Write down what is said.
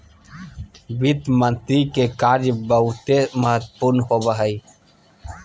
वित्त मंत्री के कार्य बहुते महत्वपूर्ण होवो हय